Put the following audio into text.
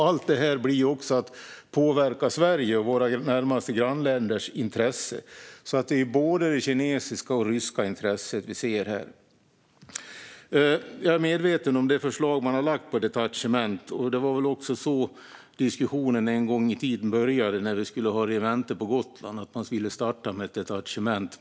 Allt detta påverkar Sverige och våra närmaste grannländers intressen. Det är alltså både kinesiska och ryska intressen vi ser här. Jag är medveten om det förslag som lagts fram om detachement. Det var så diskussionen började en gång i tiden när vi skulle ha ett regemente på Gotland, att man skulle starta med ett detachement.